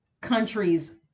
countries